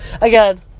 Again